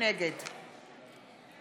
נגד